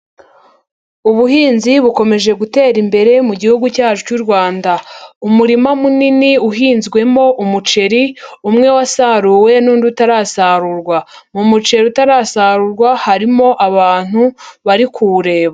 Ubuhinzi bukomeje gutera imbere mu gihugu cyacu cy'u Rwanda, umurima munini uhinzwemo umuceri umwe wasaruwe n'undi utarasarurwa, mu muceri utarasarurwa harimo abantu bari kuwureba.